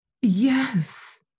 Yes